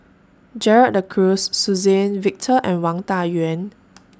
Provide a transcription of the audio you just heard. Gerald De Cruz Suzann Victor and Wang Dayuan